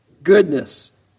goodness